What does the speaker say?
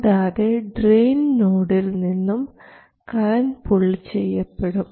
കൂടാതെ ഡ്രെയിൻ നോഡിൽ നിന്നും കറൻറ് പുൾ ചെയ്യപ്പെടും